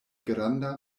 granda